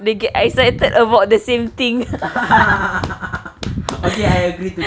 they get excited about the same things